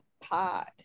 pod